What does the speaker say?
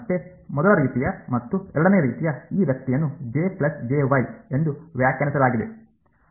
ಮತ್ತೆ ಮೊದಲ ರೀತಿಯ ಮತ್ತು ಎರಡನೆಯ ರೀತಿಯ ಈ ವ್ಯಕ್ತಿಯನ್ನು ಎಂದು ವ್ಯಾಖ್ಯಾನಿಸಲಾಗಿದೆ